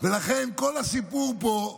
ולכן כל הסיפור פה,